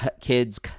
kids